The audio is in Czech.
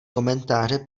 komentáře